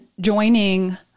joining